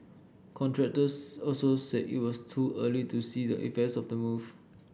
contractors also said it was too early to see the effects of the move